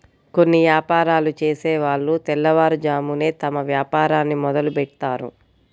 కొన్ని యాపారాలు చేసేవాళ్ళు తెల్లవారుజామునే తమ వ్యాపారాన్ని మొదలుబెడ్తారు